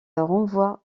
renvoie